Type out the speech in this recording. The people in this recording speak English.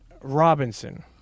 Robinson